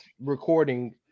recording